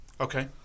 Okay